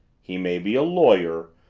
he may be a lawyer,